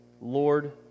Lord